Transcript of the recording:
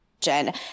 Jen